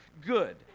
good